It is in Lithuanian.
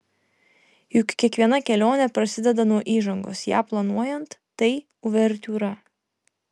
juk kiekviena kelionė prasideda nuo įžangos ją planuojant tai uvertiūra